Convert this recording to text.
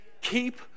Keep